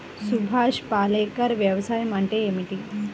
సుభాష్ పాలేకర్ వ్యవసాయం అంటే ఏమిటీ?